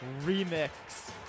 Remix